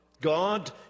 God